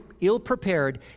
ill-prepared